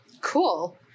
cool